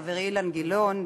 חברי אילן גילאון,